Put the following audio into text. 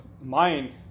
mind